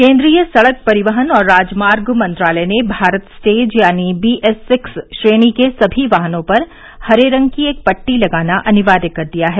केन्द्रीय सड़क परिवहन और राजमार्ग मंत्रालय ने भारत स्टेज यानी बीएस सिक्स श्रेणी के सभी वाहनों पर हरे रंग की एक पट्टी लगाना अनिवार्य कर दिया है